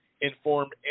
informed